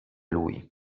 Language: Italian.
lui